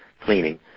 cleaning